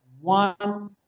one